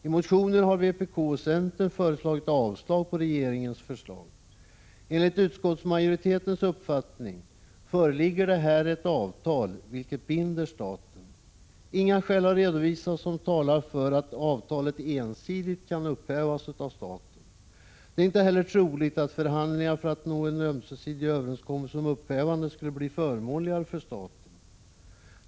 I motioner har vpk och centern förordat avslag på regeringens förslag. Enligt utskottsmajoritetens uppfattning föreligger här ett avtal vilket binder staten. Inga skäl har redovisats som talar för att avtalet ensidigt kan upphävas av staten. Det är inte heller troligt att förhandlingar för att nå en ömsesidig överenskommelse om upphävande skulle bli förmånligare för staten.